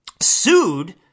sued